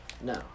no